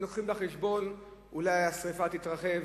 הם מביאים בחשבון: אולי השרפה תתרחב,